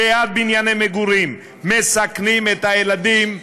ליד בנייני מגורים, מסכנים את הילדים,